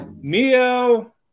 Mio